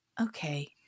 okay